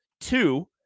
Two